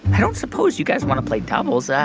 i don't suppose you guys want to play doubles. ah